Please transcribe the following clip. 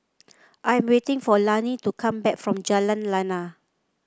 I am waiting for Lani to come back from Jalan Lana